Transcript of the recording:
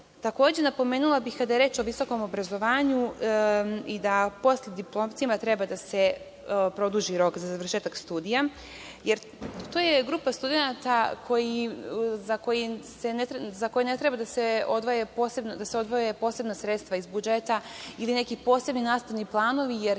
napomenula bih, kada je reč o visokom obrazovanju i da postdiplomcima treba da se produži rok za završetak studija, jer to je grupa studenata za koje ne treba da se odvoje posebna sredstva iz budžeta ili neki posebni nastavni planovi, jer